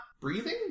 breathing